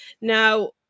Now